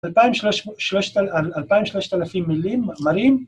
‫2,300 מילים מראים.